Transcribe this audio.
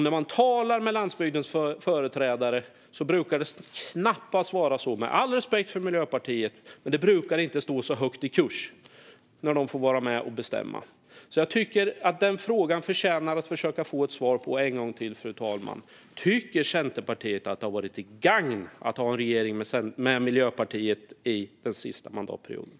När man talar med landsbygdens företrädare brukar det - med all respekt för Miljöpartiet - knappast stå så högt i kurs när Miljöpartiet får vara med och bestämma. Jag tycket att frågan förtjänar ett svar, så jag försöker en gång till, fru talman: Tycker Centerpartiet att det har varit till gagn att ha en regering med Miljöpartiet den senaste mandatperioden?